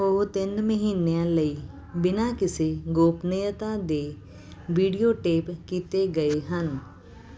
ਉਹ ਤਿੰਨ ਮਹੀਨਿਆਂ ਲਈ ਬਿਨਾਂ ਕਿਸੇ ਗੋਪਨੀਯਤਾ ਦੇ ਵੀਡੀਓ ਟੇਪ ਕੀਤੇ ਗਏ ਹਨ